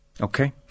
Okay